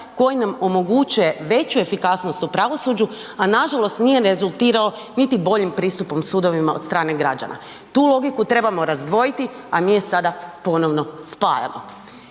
koji nam omogućuje veću efikasnost u pravosuđu, a nažalost nije rezultirao niti boljim pristupom sudovima od strane građana. Tu logiku trebamo razdvojiti, a mi je sada ponovno spajamo.